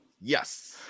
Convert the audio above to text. Yes